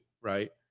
Right